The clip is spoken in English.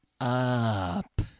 up